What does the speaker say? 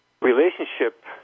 relationship